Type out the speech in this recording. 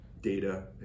data